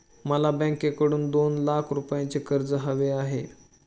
मला बँकेकडून दोन लाख रुपयांचं कर्ज हवं आहे